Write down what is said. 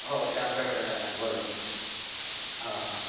हो ते आमच्याकडे राहणार बरोबर हां हां